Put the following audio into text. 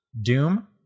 Doom